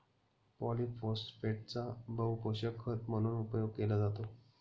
पॉलिफोस्फेटचा बहुपोषक खत म्हणून उपयोग केला जातो